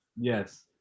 yes